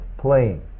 Playing